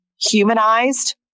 humanized